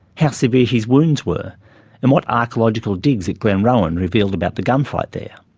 how severe his wounds were and what archaeological digs at glenrowan revealed about the gunfight there?